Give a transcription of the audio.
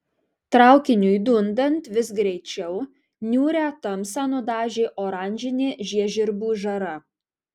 traukiniui dundant vis greičiau niūrią tamsą nudažė oranžinė žiežirbų žara